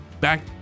Back